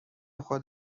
خود